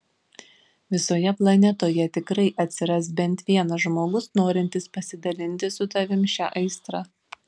visoje planetoje tikrai atsiras bent vienas žmogus norintis pasidalinti su tavimi šia aistra